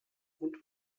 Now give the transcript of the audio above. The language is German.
und